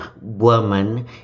woman